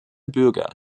bürger